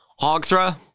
Hogthra